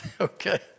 Okay